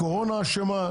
הקורונה אשמה,